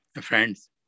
friends